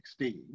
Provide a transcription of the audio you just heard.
2016